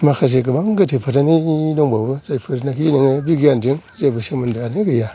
माखासे गोबां गोथै फोथायनाय दंबावो जायफोरनाखि नोङो बिगियानजों जेबो सोमोनदो आनो गैया